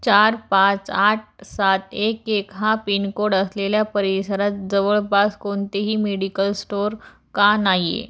चार पाच आठ सात एक एक हा पिनकोड असलेल्या परिसरात जवळपास कोणतेही मेडिकल स्टोअर का नाही आहे